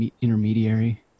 intermediary